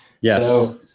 yes